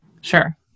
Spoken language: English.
Sure